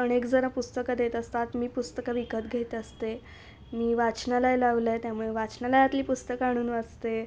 अनेक जरा पुस्तकं देत असतात मी पुस्तकं विकत घेत असते मी वाचनालय लावलं आहे त्यामुळे वाचनालयातली पुस्तकं आणून वाचते